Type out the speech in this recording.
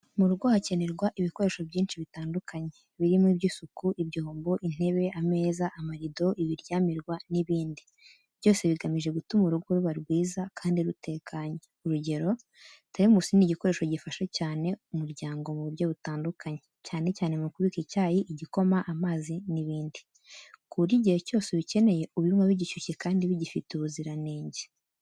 Mu rugo hakenerwa ibikoresho byinshi bitandukanye, birimo iby’isuku, ibyombo, intebe, ameza, amarindo, ibiryamirwa n’ibindi, byose bigamije gutuma urugo ruba rwiza kandi rutekanye. Urugero, teremusi ni igikoresho gifasha cyane umuryango mu buryo butandukanye, cyane cyane mu kubika icyayi, igikoma, amazi n’ibindi, ku buryo igihe cyose ubikeneye ubinywa bigishyushye kandi bigifite ubuziranenge.